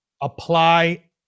apply